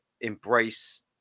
embrace